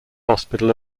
hospital